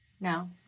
No